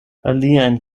aliajn